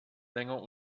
länger